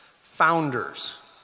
founders